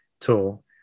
tool